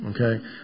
Okay